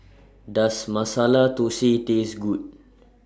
Does Masala Thosai Taste Good